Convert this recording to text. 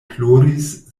ploris